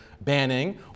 banning